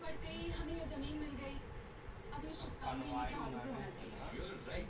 साहब हम दूसरे क खेत साल भर खेती करावे खातिर लेहले हई हमके कृषि ऋण मिल जाई का?